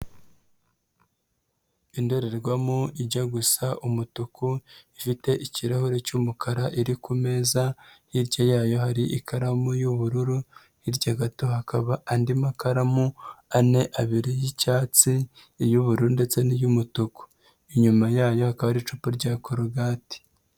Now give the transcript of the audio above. Indorerwamo ijya gusa umutuku, ifite ikirahure cy'umukara iri ku meza, hirya yayo hari ikaramu y'ubururu, hirya gato hakaba andi makaramu ane abiri y'icyatsi, iy'ubururu ndetse n'iy'umutuku, inyuma yayo hakaba hari icupa rya korogate.